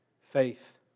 faith